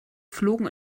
flogen